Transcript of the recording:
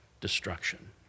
destruction